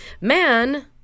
Man